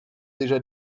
déjà